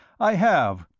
i have!